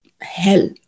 hell